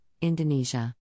Indonesia